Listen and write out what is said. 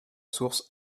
source